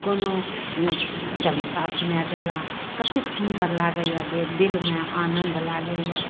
कोनो चलीसा सुना देला कतेक सुन्दर लागैया दि मे आनन्द लागैया